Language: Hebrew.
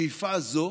שאיפה זו